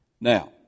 Now